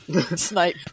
Snipe